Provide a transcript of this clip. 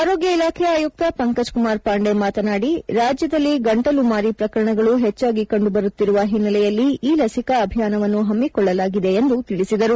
ಆರೋಗ್ಯ ಇಲಾಖೆ ಆಯುಕ್ತ ಪಂಕಜ್ ಕುಮಾರ್ ಪಾಂಡೆ ಮಾತನಾದಿ ರಾಜ್ಯದಲ್ಲಿ ಗಂಟಲು ಮಾರಿ ಪ್ರಕರಣಗಳು ಹೆಚ್ಚಾಗಿ ಕಂಡುಬರುತ್ತಿರುವ ಹಿನ್ನೆಲೆಯಲ್ಲಿ ಈ ಲಸಿಕಾ ಅಭಿಯಾನವನ್ನು ಹಮ್ಮಿಕೊಳ್ಳಲಾಗಿದೆ ಎಂದು ತಿಳಿಸಿದರು